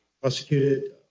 prosecuted